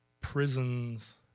prisons